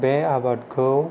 बे आबादखौ